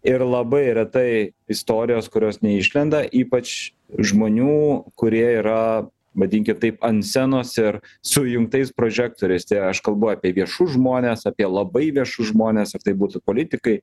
ir labai retai istorijos kurios neišlenda ypač žmonių kurie yra vadinkim taip ant scenos ir su įjungtais prožektoriais tai aš kalbu apie viešus žmones apie labai viešus žmones ar tai būtų politikai